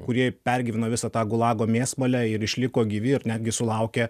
kurie pergyveno visą tą gulago mėsmalę ir išliko gyvi ir netgi sulaukė